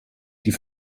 die